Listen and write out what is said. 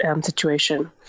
situation